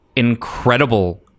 incredible